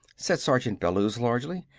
said sergeant bellews largely.